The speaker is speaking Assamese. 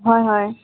হয় হয়